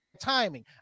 timing